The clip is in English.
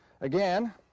Again